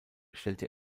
stellte